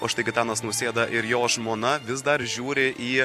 o štai gitanas nausėda ir jo žmona vis dar žiūri į